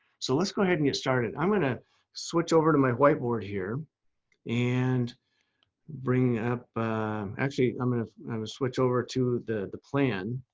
so let's go ahead and get started. i'm going to switch over to my whiteboard here and bring up actually, i'm going to switch over to the the plan.